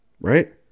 right